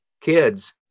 kids